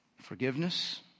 Forgiveness